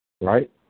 right